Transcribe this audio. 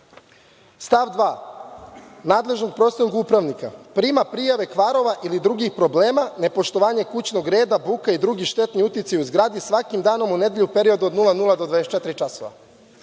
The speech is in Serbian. kaže – nadležnost profesionalnog upravnika je da prima prijave kvarova ili drugih problema, nepoštovanja kućnog reda, buka i drugi štetni uticaji u zgradi, svakim danom u nedeljnom periodu od 00,00 do 24,00